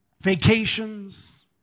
vacations